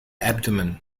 abdomen